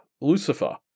Lucifer